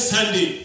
Sunday